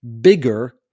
bigger